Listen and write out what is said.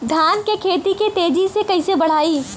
धान क खेती के तेजी से कइसे बढ़ाई?